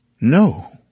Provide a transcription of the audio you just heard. No